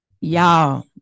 Y'all